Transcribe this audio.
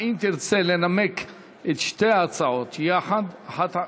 האם תרצה לנמק את שתי ההצעות יחד?